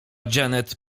janet